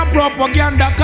Propaganda